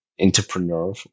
entrepreneur